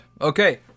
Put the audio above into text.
Okay